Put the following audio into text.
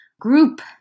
group